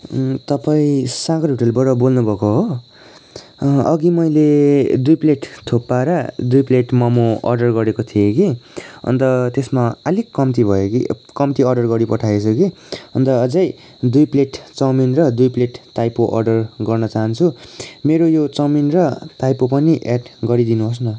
तपाईँ सागर होटलबाट बोल्नुभएको हो अघि मैले दुई प्लेट थुक्पा र दुई प्लेट मोमो अर्डर गरेको थिएँ कि अन्त त्यसमा अलिक कम्ति भयो कि कम्ति अर्डर गरिपठाएछ कि अन्त अझै दुई प्लेट चाउमिन र दुई प्लेट ताइपो अर्डर गर्न चाहन्छु मेरो यो चाउमिन र ताइपो पनि एड गरिदिनुहोस् न